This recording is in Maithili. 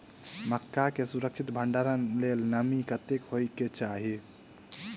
मक्का केँ सुरक्षित भण्डारण लेल नमी कतेक होइ कऽ चाहि?